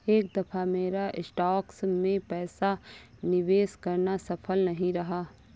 इस दफा मेरा स्टॉक्स में पैसा निवेश करना सफल नहीं रहा